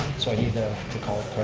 so i need to call